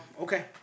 Okay